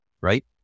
Right